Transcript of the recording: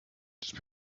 just